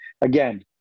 again